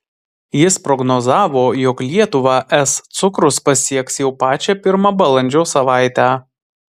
jis prognozavo jog lietuvą es cukrus pasieks jau pačią pirmą balandžio savaitę